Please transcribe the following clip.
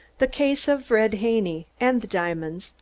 the case of red haney and the diamonds,